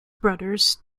brothers